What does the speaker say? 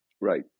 Right